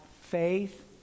faith